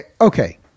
okay